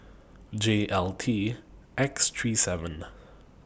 J L T X three seven